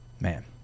man